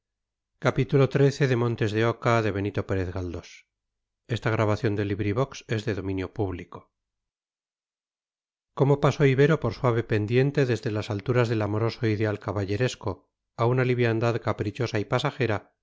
cómo pasó ibero por suave pendiente desde las alturas del amoroso ideal caballeresco a una liviandad caprichosa y pasajera